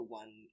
one